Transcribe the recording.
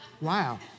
Wow